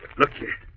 look it